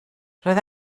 roedd